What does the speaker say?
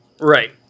Right